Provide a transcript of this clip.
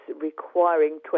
requiring